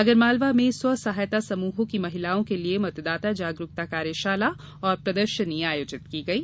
आगरमालवा में स्वसहायता समूहों की महिलाओं के लिए मतदाता जागरूकता कार्यशाला और प्रदर्शनी आयोजित की गई